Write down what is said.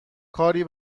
کاری